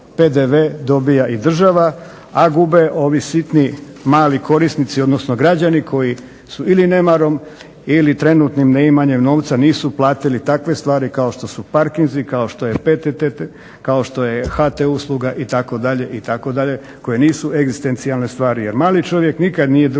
PDV dobiva i država a gube ovi sitni mali korisnici koji su ili nemarom ili trenutnim neimanjem novca nisu platili takve stvari kao što su parkinzi, kao što je …/Govornik se ne razumije./…, kao što je HT usluga itd., koje nisu egzistencijalne stvari.